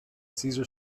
cesar